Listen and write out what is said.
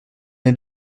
est